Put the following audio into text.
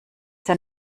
der